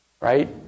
right